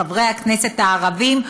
מחברי הכנסת הערבים,